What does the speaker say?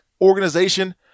organization